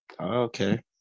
Okay